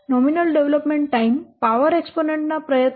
nominal development time power એક્સ્પોનન્ટના પ્રયત્નોમાં 2